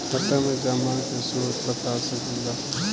खाता में जमा के स्रोत बता सकी ला का?